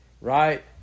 Right